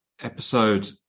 episode